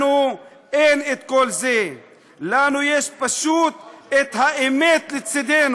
כי אני יודעת שהצעת החוק הזאת היא בשורה לכל כך הרבה נשים.